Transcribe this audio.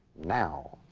now.